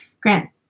grant